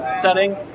setting